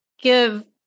give